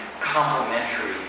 complementary